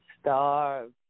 starve